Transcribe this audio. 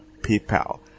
PayPal